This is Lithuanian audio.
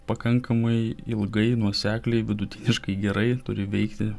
pakankamai ilgai nuosekliai vidutiniškai gerai turi veikti